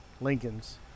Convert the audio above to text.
Lincoln's